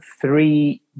three